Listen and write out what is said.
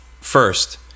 First